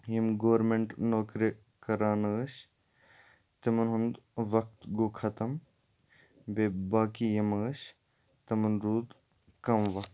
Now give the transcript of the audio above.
یِم گورمنٹ نوکرِ کَران ٲسۍ تِمَن ہُنٛد وقتہٕ گوٚو ختم بیٚیہِ باقٕے یِم ٲسۍ تِمَن روٗد کَم وقت